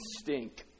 stink